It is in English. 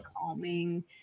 calming